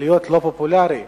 להיות לא פופולרי,